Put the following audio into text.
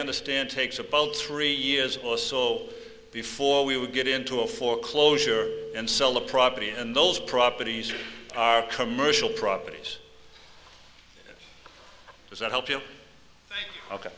understand takes about three years or so before we would get into a foreclosure and sell the property and those properties are our commercial properties because that help you ok